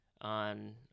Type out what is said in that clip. on